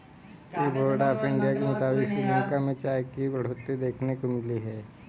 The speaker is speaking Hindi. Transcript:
टी बोर्ड ऑफ़ इंडिया के मुताबिक़ श्रीलंका में चाय की बढ़ोतरी देखने को मिली है